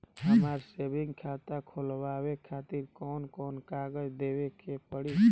हमार सेविंग खाता खोलवावे खातिर कौन कौन कागज देवे के पड़ी?